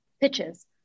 pitches